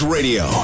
Radio